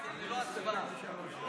כדי שיהיו כאלה שישלמו על זה,